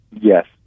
yes